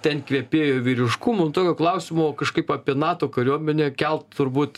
ten kvepėjo vyriškumu tokio klausimo kažkaip apie nato kariuomenę kelt turbūt